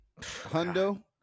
hundo